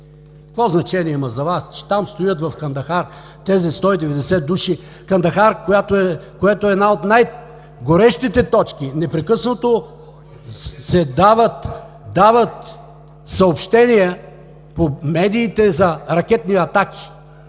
Какво значение имат за Вас, че стоят в Кандахар тези 190 души? Кандахар, която е една от най-горещите точки! Непрекъснато се дават съобщения по медиите за ракетни атаки